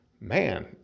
man